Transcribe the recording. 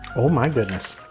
oh my goodness.